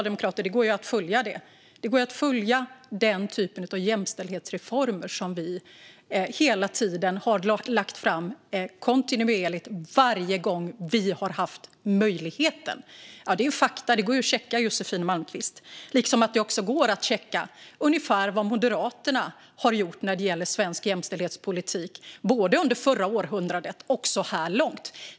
Det går att följa den typen av jämställdhetsreformer som vi socialdemokrater har lagt fram varje gång vi har haft möjligheten. Det är fakta som går att checka, Josefin Malmqvist, liksom det också går att checka ungefär vad Moderaterna har gjort när det gäller svensk jämställdhetspolitik, både under förra århundradet och så här långt.